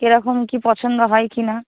কী রকম কি পছন্দ হয় কিনা